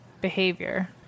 behavior